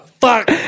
fuck